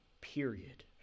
period